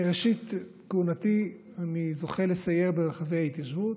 מראשית כהונתי אני זוכה לסייר ברחבי ההתיישבות,